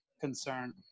concern